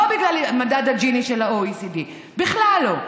לא בגלל מדד הג'יני של ה-OECD, בכלל לא.